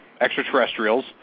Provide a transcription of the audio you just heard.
extraterrestrials